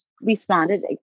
responded